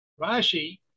Rashi